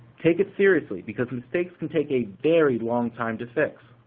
take it seriously because mistakes can take a very long time to fix.